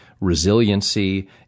resiliency